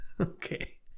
Okay